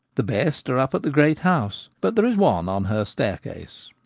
the best are up at the great house, but there is one on her staircase.